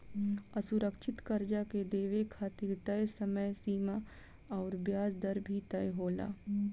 असुरक्षित कर्जा के देवे खातिर तय समय सीमा अउर ब्याज दर भी तय होला